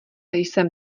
jsem